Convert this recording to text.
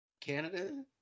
Canada